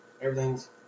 everything's